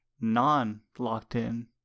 non-locked-in